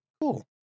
Cool